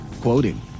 Quoting